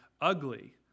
ugly